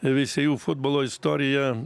veisiejų futbolo istoriją